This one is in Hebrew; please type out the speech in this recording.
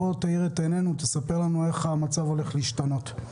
תאיר את עינינו ותספר לנו איך המצב הולך להשתנות.